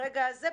ברגע הזה,